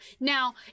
Now